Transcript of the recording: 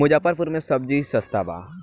मुजफ्फरपुर में सबजी सस्ता बा